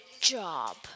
job